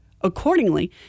Accordingly